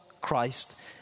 Christ